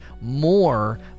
more